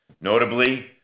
Notably